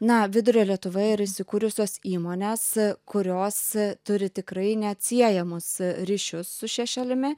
na vidurio lietuvoje yra įsikūrusios įmonės kurios turi tikrai neatsiejamus ryšius su šia šalimi